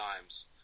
times